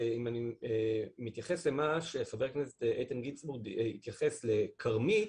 ואם אני מתייחס למה שחבר הכנסת גינזבורג התייחס לדברים של כרמית,